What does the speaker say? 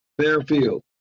Fairfield